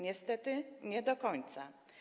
Niestety nie do końca.